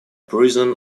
prison